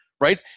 Right